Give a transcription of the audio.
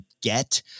get